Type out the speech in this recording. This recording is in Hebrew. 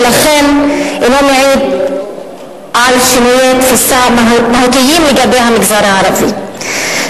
ולכן אינו מעיד על שינויי תפיסה מהותיים לגבי המגזר הערבי.